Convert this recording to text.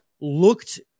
looked